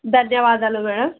ధన్యవాదాలు మేడం